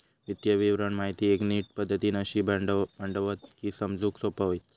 वित्तीय विवरण माहिती एक नीट पद्धतीन अशी मांडतत की समजूक सोपा होईत